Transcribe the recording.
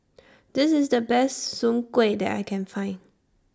This IS The Best Soon Kway that I Can Find